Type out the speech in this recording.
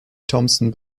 thompson